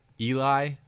Eli